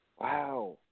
wow